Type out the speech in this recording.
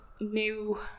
new